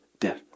death